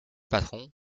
patron